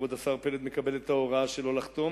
כבוד השר פלד, מקבל את ההוראה שלא לחתום,